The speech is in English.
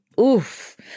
Oof